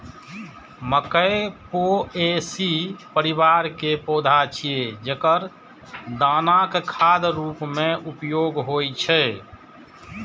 मकइ पोएसी परिवार के पौधा छियै, जेकर दानाक खाद्य रूप मे उपयोग होइ छै